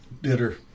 bitter